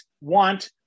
want